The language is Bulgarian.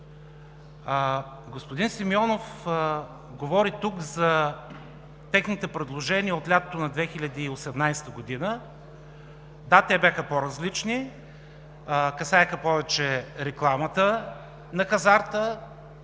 Господин Симеонов говори тук за техните предложения от лятото на 2018 г. Да, те бяха по-различни – касаеха повече рекламата на хазарта.